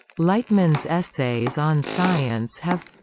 lightman's essays on science have